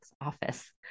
office